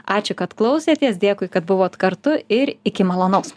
ačiū kad klausėtės dėkui kad buvot kartu ir iki malonaus